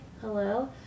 hello